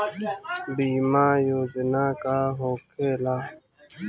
बीमा योजना का होखे ला?